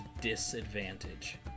disadvantage